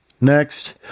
next